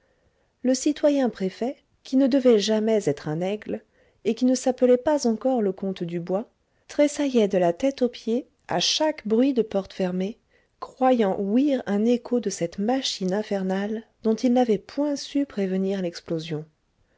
le citoyen préfet qui ne devait jamais être un aigle et qui ne s'appelait pas encore le comte dubois tressaillait de la tête aux pieds à chaque bruit de porte fermée croyant ouïr un écho de cette machine infernale dont il n'avait point su prévenir l'explosion